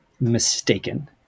mistaken